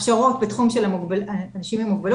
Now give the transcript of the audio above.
הכשרות בתחום של אנשים עם מוגבלות,